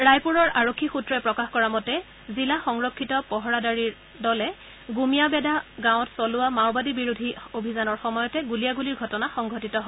ৰায়পুৰৰ আৰক্ষী সূত্ৰই প্ৰকাশ কৰা মতে জিলা সংৰক্ষিত পহৰাদাৰীৰ দলে গুমিয়াবেদা গাঁৱত চলোৱা মাওবাদী বিৰোধী অভিযানৰ সময়তে গুলীয়াগুলীৰ ঘটনা সংঘটিত হয়